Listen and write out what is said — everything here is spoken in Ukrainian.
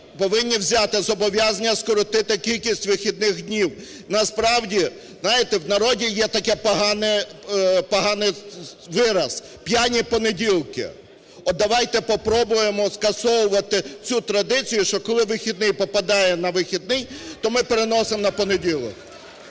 повинні взяти зобов'язання скоротити кількість вихідних днів. Насправді, знаєте, в народі є такий поганий вираз: "П'яні понеділки". От давайте попробуємо скасовувати цю традицію, що коли вихідний попадає на вихідний, то ми переносимо на понеділок.